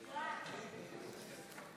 נגד